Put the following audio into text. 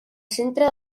centre